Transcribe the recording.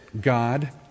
God